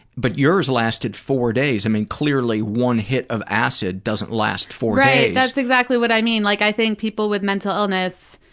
but yours lasted four days. i mean clearly one hit of acid doesn't last four days. that's exactly what i mean, like i think people with mental illness,